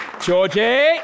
Georgie